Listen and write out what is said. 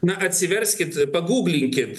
na atsiverskit paguglinkit